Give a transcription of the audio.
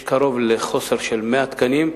יש חוסר של קרוב ל-100 תקנים.